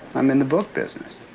i'm in the book business